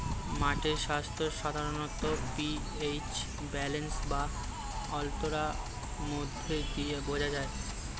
মাটির স্বাস্থ্য সাধারণত তার পি.এইচ ব্যালেন্স বা অম্লতার মধ্য দিয়ে বোঝা যায়